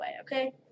okay